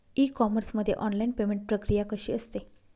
E commerce मध्ये online payment प्रक्रिया कशी असते?